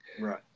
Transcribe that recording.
right